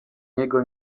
niego